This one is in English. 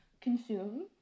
consume